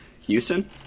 Houston